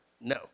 no